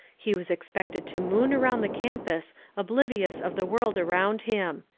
he was expected to moon around the campus oblivious of the world around him.